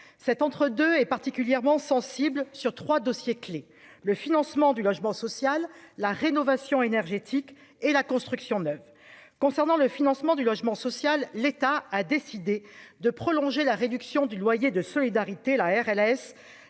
cet entre-deux est particulièrement sensible sur 3 dossiers clés : le financement du logement social, la rénovation énergétique et la construction neuve, concernant le financement du logement social, l'État a décidé de prolonger la réduction du loyer de solidarité, la RLS